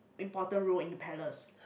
important role in the palace